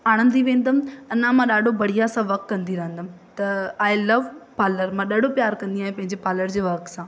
आणिंदी वेंदमि अञा मां ॾाढो बढ़िया सां वक़्तु कंदी रहंदमि त आए लव पार्लर मां ॾाढो प्यारु कंदी आहियां पंहिंजे पार्लर जे वक सां